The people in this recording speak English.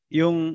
yung